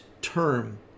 term